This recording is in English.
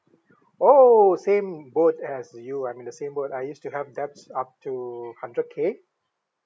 orh same boat as you I'm in the same boat I used to have debts up to hundred K